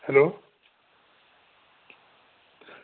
hello